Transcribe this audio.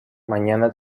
mañana